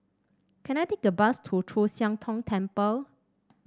can I take a bus to Chu Siang Tong Temple